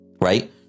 right